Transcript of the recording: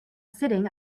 sitting